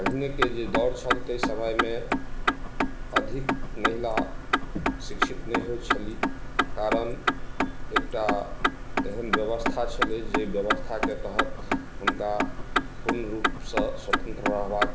पहिनेके जे दौड़ छल ताहि समयमे अधिक महिला शिक्षित नहि होइत छलीह कारण एकटा एहन व्यवस्था छलै जे व्यवस्थाके तहत हुनका पूर्ण रूपसँ स्वतन्त्र रहबाक